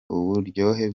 uburyohe